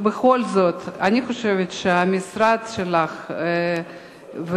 אני חושבת שהמשרד שלך,